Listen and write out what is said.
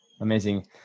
Amazing